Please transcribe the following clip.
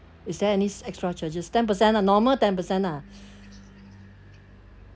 is there any extra charges ten percent lah normal ten percent lah